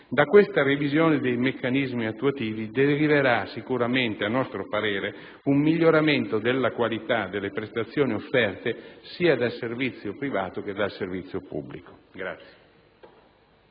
Da questa revisione dei meccanismi attuativi deriverà sicuramente, a nostro parere, un miglioramento della qualità delle prestazioni offerte sia dal servizio privato che da quello pubblico.